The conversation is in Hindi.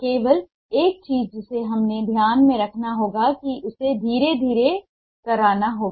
केवल एक चीज जिसे हमें ध्यान में रखना होगा कि उसे धीरे धीरे करना होगा